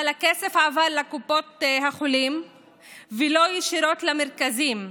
אבל הכסף עבר לקופות החולים ולא ישירות למרכזים,